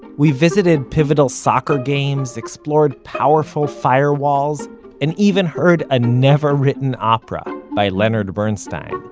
we've visited pivotal soccer games, explored powerful firewalls and even heard a never-written opera by leonard bernstein.